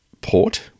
port